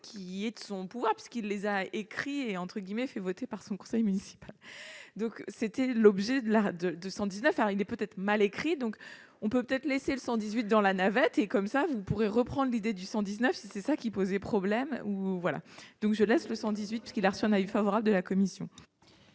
qui est de son pouvoir, puisqu'il les a écrits et entre guillemets, fait voter par son conseil municipal, donc c'était l'objet de la 219 est peut-être mal écrit, donc on peut peut-être laisser le 118 dans la navette et comme ça vous pourrez reprend l'idée du 119 c'était ça qui posait problème ou voilà donc je laisse le 118 qui l'arsenal est favorable de la commission.